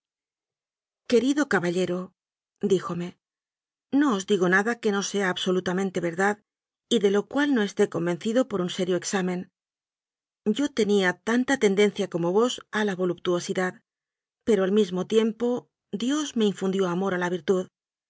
querido caballerodijome no os digo nada que no sea absolutamente verdad y de lo cual no esté convencido por un serio examen yo tenía tanta tendencia como vos a la voluptuosidad pero al mismo tiempo dios me infundió amor a la vir